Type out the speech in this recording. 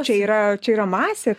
čia yra čia yra masė